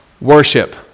worship